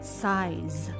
size